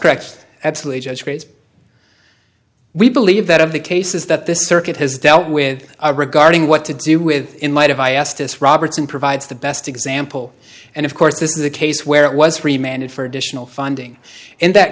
crazy we believe that of the cases that this circuit has dealt with regarding what to do with in light of i asked this robertson provides the best example and of course this is a case where it was free man and for additional funding in that